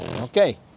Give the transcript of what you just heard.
Okay